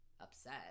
upset